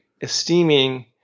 esteeming